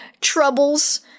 troubles